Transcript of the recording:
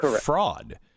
fraud